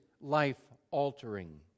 life-altering